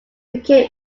became